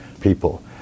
people